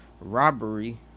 robbery